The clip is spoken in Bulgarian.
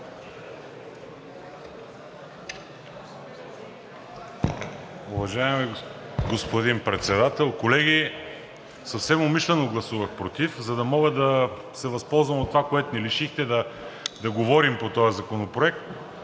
Уважаеми господин Председател, колеги! Съвсем умишлено гласувах против, за да мога да се възползвам от това, от което ни лишихте – да говорим по този законопроект.